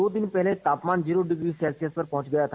दो दिन पहले तापमान जीरो डिग्री सेल्सियस पहुंच गया था